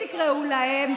תקראו להם,